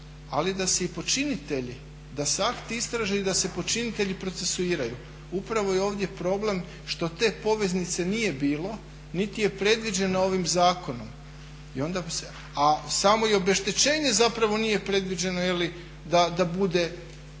ali da se i počinitelji, da se akti istraže i da se počinitelji procesuiraju. Upravo je i ovdje problem što te poveznice nije bilo niti je predviđeno ovim zakonom. A samo i obeštećenje zapravo nije predviđeno da bude